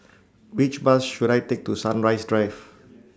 Which Bus should I Take to Sunrise Drive